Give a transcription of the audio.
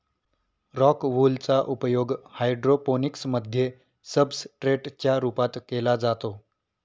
rock wool चा उपयोग hydroponics मध्ये सब्सट्रेट च्या रूपात केला जातो